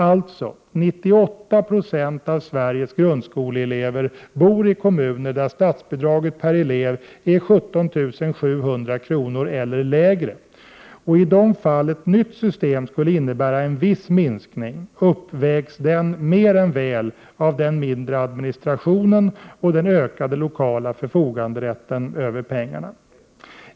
Således bor 98 26 av Sveriges grundskoleelever i kommuner där statsbidraget per elev är 17 700 kr. eller lägre. I de fall ett nytt system skulle innebära en viss minskning, uppvägs denna mer än väl av den mindre administrationen och den ökade lokala förfoganderätten över pengarna.